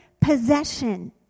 possession